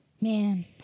Man